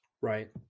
Right